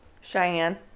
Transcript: Cheyenne